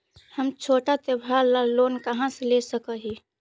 हम छोटा त्योहार ला लोन कहाँ से ले सक ही?